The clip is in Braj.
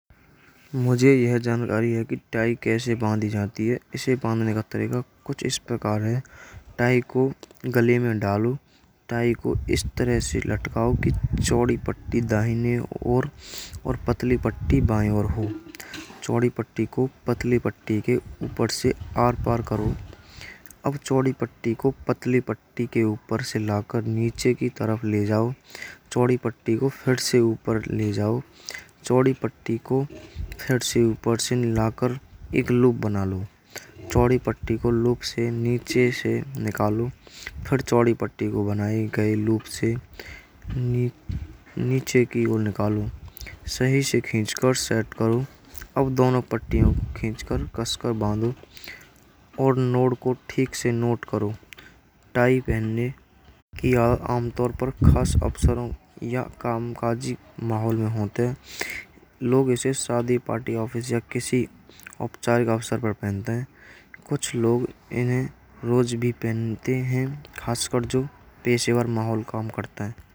मुझे यह जानकारी है कि टाई कैसे बांधी जाती है। इसे बांधने का तरीका कुछ इस प्रकार है। टाई को गले में डालूँ। टाई को इस तरह से लटकाओ कि चोड़ी पट्टी दाहिने ओर। और पतली पट्टी बाई ओर हो। चोड़ी पट्टी को पतली पट्टी के ऊपर से आर पार करो। अब चोड़ी पट्टी को पतली पट्टी के ऊपर से लेकर नीचे की तरफ ले जाओ। चोड़ी पट्टी को फिर से ऊपर ले जाओ। चोड़ी पट्टी को फिर से ऊपर से मिल कर एक लुप बना लो। चोड़ी पट्टी को लुप से नीचे से निकालो। या फिर चोड़ी पट्टी को बना कर लुप से नीचे से निकालो। चोड़ी पट्टी को बनाए गए लुप से नीचे की या निकालो। सही से खींचकर सेट करो। अब दोनों पट्टियों को खींचकर कसकर बांधो। और लुप को ठीक से नॉट करो। टाई पहनने की यह आमतौर पर खास अवसर या कामकाजी माहौल में होते हैं। लोग इसकी शादी, पार्टी, ऑफिस या किसी उपचार का अवसर पर पहनते हैं। कुछ लोग रोज भी पहनते हैं। खासकर जो पेशेवर माहौल में काम करते हैं।